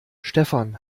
stefan